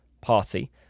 party